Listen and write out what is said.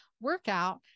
workout